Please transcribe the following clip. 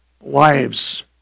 lives